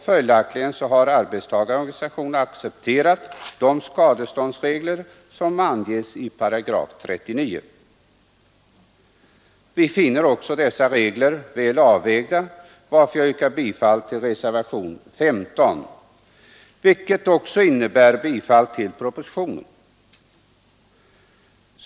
Följaktligen har arbetstagarorganisationerna accepterat de skadeståndsregler som finns i 39 §. Vi finner också dessa regler väl avvägda, varför jag stöder reservationen 15 — som också innebär bifall till propositionen.